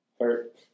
hurt